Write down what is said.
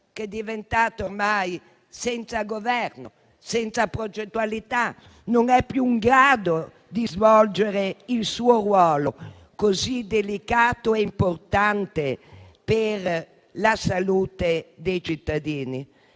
perché diventata ormai senza governo e senza progettualità e non è più in grado di svolgere il suo ruolo, così delicato e importante per la salute dei cittadini.